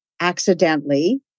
accidentally